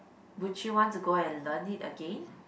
would you want to go and learn it again